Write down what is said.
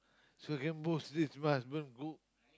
so can post this my husband cook